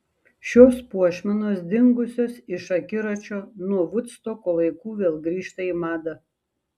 šios puošmenos dingusios iš akiračio nuo vudstoko laikų vėl grįžta į madą